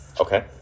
Okay